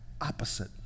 opposite